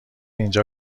اینجا